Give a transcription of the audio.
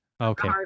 okay